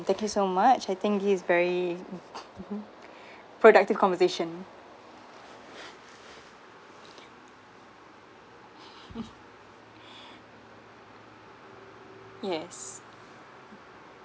thank you so much I think this is very productive conversation yes